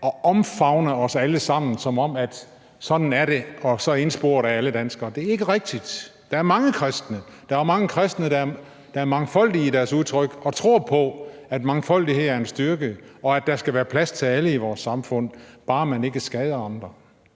at omfavne os alle sammen og sige, at sådan er det, og at så ensporet er alle danskere. Det er ikke rigtigt. Der er mange kristne, og der er mange kristne, der er mangfoldige i deres udtryk og tror på, at mangfoldighed er en styrke, og at der skal være plads til alle i vores samfund, bare man ikke skader andre.